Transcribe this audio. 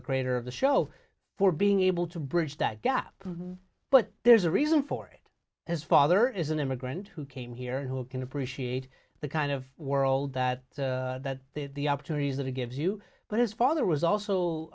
the creator of the show for being able to bridge that gap but there's a reason for it his father is an immigrant who came here and who can appreciate the kind of world that that the opportunities that it gives you but his father was